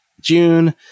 June